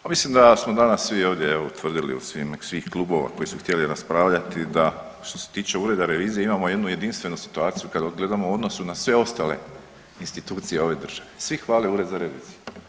Pa mislim da smo danas svi ovdje evo tvrdili od svih klubova koji su htjeli raspravljati da što se tiče ureda revizije imamo jednu jedinstvenu situaciju kada gledamo u odnosu na sve ostale institucije ove države svi hvale Ured za reviziju.